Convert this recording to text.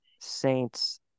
Saints